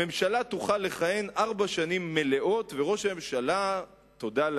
הממשלה תוכל לכהן ארבע שנים מלאות וראש הממשלה יוכל